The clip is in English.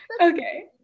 Okay